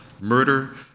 murder